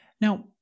Now